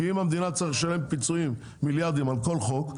כי אם המדינה תצטרך לשלם פיצויים מיליארדים על כל חוק,